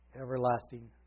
everlasting